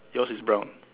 yours is brown